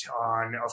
on